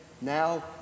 now